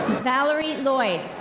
valrie lloyd.